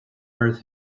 earth